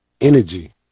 energy